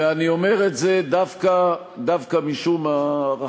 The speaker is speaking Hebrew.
ואני אומר את זה דווקא משום ההערכה,